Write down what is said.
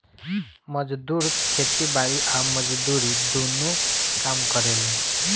मजदूर खेती बारी आ मजदूरी दुनो काम करेले